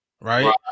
Right